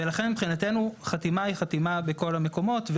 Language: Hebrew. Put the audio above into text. ולכן מבחינתנו חתימה היא חתימה בכל המקומות.